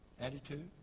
Attitude